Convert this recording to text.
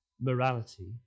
morality